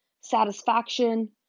satisfaction